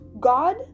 God